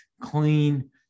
clean